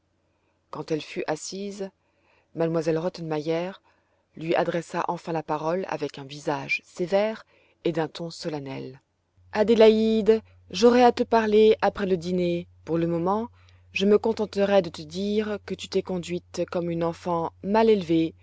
quand elle fut assise m elle rottenmeier lui adressa enfin la parole avec un visage sévère et d'un ton solennel adélaïde j'aurai à te parler après le dîner pour le moment je me contenterai de te dire que tu t'es conduite comme une enfant mal élevée